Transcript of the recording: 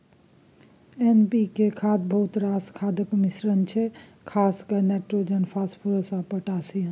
NPK खाद बहुत रास खादक मिश्रण छै खास कए नाइट्रोजन, फास्फोरस आ पोटाश